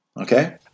Okay